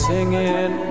Singing